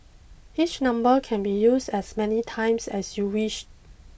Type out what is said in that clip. each number can be used as many times as you wish